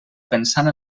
pensant